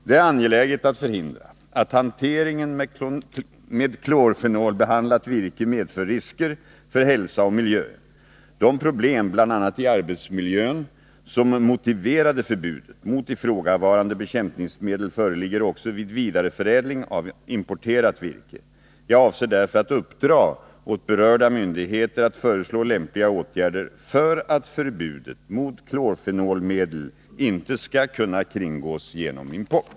Det är angeläget att förhindra att hanteringen med klorfenolbehandlat 2 virke medför risker för hälsa och miljö. De problem, bl.a. i arbetsmiljön, som motiverade förbudet mot ifrågavarande bekämpningsmedel föreligger också vid vidareförädling av importerat virke. Jag avser därför att uppdra åt berörda myndigheter att föreslå lämpliga åtgärder för att förbudet mot klorfenolmedel inte skall kunna kringgås genom import.